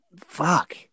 fuck